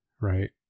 right